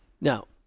now